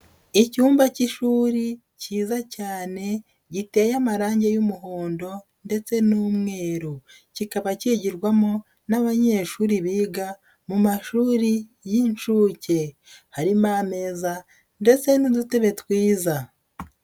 Icyumba k'ishuri kiza cyane giteye amarangi y'umuhondo ndetse n'umweru kikaba kigirwamo n'abanyeshuri biga mu mashuri y'inshuke, harimo ameza ndetse n'udutere twiza.